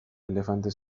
elefante